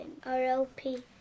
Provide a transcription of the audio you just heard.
RLP